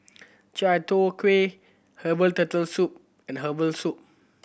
Chai Tow Kuay herbal Turtle Soup and herbal soup